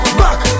back